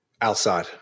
Outside